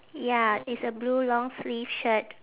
ya it's a blue long sleeve shirt